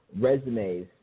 resumes